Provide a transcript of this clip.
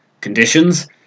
conditions